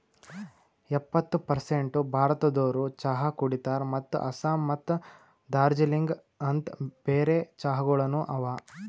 ಎಪ್ಪತ್ತು ಪರ್ಸೇಂಟ್ ಭಾರತದೋರು ಚಹಾ ಕುಡಿತಾರ್ ಮತ್ತ ಆಸ್ಸಾಂ ಮತ್ತ ದಾರ್ಜಿಲಿಂಗ ಅಂತ್ ಬೇರೆ ಚಹಾಗೊಳನು ಅವಾ